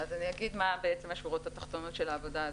אני אגיד מה השורות התחתונות של העבודה הזו.